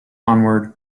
onward